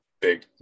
big